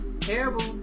terrible